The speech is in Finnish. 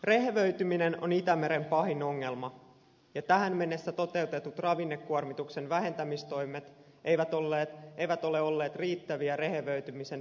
rehevöityminen on itämeren pahin ongelma ja tähän mennessä toteutetut ravinnekuormituksen vähentämistoimet eivät ole olleet riittäviä rehevöitymisen pysäyttämiseksi